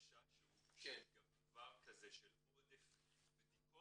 החשש הוא שגם דבר כזה של עודף בדיקות